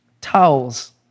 towels